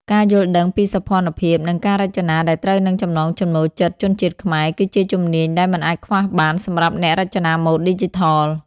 ការយល់ដឹងពីសោភ័ណភាព និងការរចនាដែលត្រូវនឹងចំណង់ចំណូលចិត្តជនជាតិខ្មែរ គឺជាជំនាញដែលមិនអាចខ្វះបានសម្រាប់អ្នករចនាម៉ូដឌីជីថល។